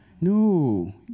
No